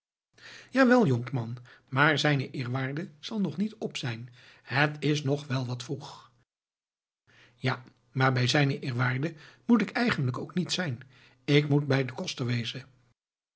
jawel jonkman maar zijn eerwaarde zal nog niet op zijn het is nog wel wat vroeg ja maar bij zijn eerwaarde moet ik eigenlijk ook niet zijn ik moet bij den koster wezen